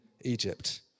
Egypt